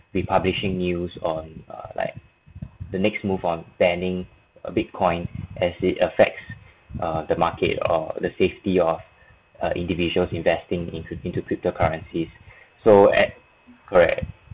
be publishing news on uh like the next move on banning uh bitcoin as it affects uh the market or the safety of uh individuals investing into into cryptocurrencies so at correct